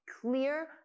clear